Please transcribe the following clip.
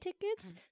tickets